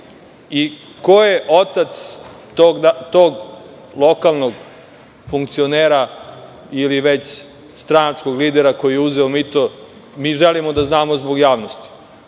i ko je otac tog lokalnog funkcionera ili stranačkog lidera koji je uzeo mito? Mi to želimo da znamo, zbog javnosti.